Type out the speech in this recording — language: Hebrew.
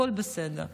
הכול בסדר.